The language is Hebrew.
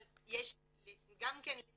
אבל גם זה